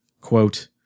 quote